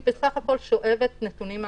היא בסך הכול שואבת נתונים מהמשטרה.